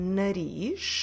nariz